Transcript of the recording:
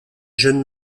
jeune